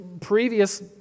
previous